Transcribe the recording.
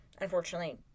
unfortunately